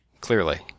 Clearly